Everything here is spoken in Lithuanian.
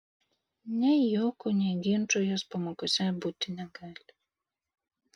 nei juokų nei ginčų jos pamokose būti negali